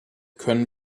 können